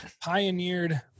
pioneered